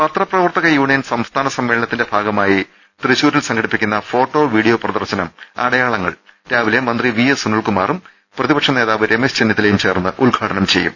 പത്രപ്രവർത്തക യൂണിയൻ സംസ്ഥാന സമ്മേളനത്തിന്റെ ഭാഗ മായി തൃശൂരിൽ സംഘടിപ്പിക്കുന്ന ഫോട്ടോ വീഡിയോ പ്രദർശനം അടയാളങ്ങൾ രാവിലെ മന്ത്രി വി എസ് സുനിൽകുമാറും പ്രതിപ ക്ഷനേതാവ് രമേശ് ചെന്നിത്തലയും ചേർന്ന് ഉദ്ഘാടനം ചെയ്യും